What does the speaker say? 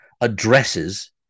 addresses